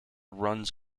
runs